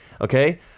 Okay